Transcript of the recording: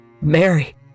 Mary